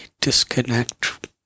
disconnect